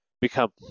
become